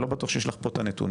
אני לא בטוח שיש לך פה את הנתונים,